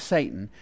Satan